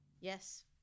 Yes